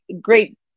great